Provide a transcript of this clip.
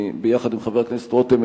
יחד עם חבר הכנסת רותם,